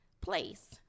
place